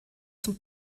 zum